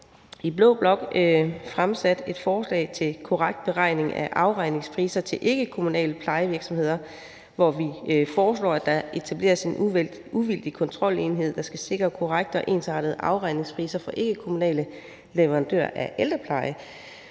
i blå blok fremsat et forslag til korrekt beregning af afregningspriser til ikkekommunale plejevirksomheder, hvor vi foreslår, at der etableres en uvildig kontrolenhed, der skal sikre korrekte og ensartede afregningspriser for ikkekommunale leverandører af ældrepleje.